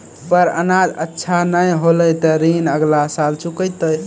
पर अनाज अच्छा नाय होलै तॅ ऋण अगला साल चुकैतै